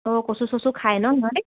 অ' কচু চচু খায় ন সিহঁতি